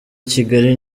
kigali